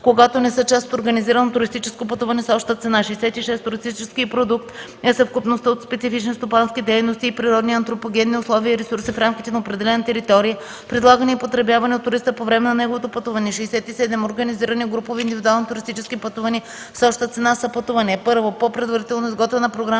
когато не са част от организирано туристическо пътуване с обща цена. 66. „Туристически продукт” е съвкупността от специфични стопански дейности и природни и антропогенни условия и ресурси в рамките на определена територия, предлагани и потребявани от туриста по време на неговото пътуване. 67. „Организирани групови и индивидуални туристически пътувания с обща цена” са пътувания: 1. по предварително изготвена програма,